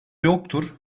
yoktur